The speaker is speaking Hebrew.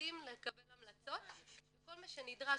למפקדים לקבל המלצות וכל מה שנדרש,